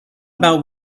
about